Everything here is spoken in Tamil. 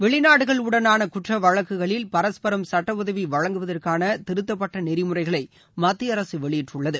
வெளிநாடுகளுடனான குற்ற வழக்குகளில் பரஸ்பரம் சட்ட உதவி வழங்குவதற்கான திருத்தப்பட்ட நெறிமுறைகளை மத்திய அரசு வெளியிட்டுள்ளது